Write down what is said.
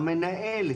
המנהל,